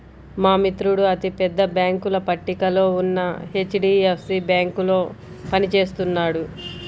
మా మిత్రుడు అతి పెద్ద బ్యేంకుల పట్టికలో ఉన్న హెచ్.డీ.ఎఫ్.సీ బ్యేంకులో పని చేస్తున్నాడు